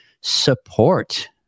support